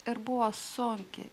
ir buvo suūkė